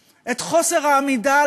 הכניס את הכול ביחד, את ההלקאה העצמית,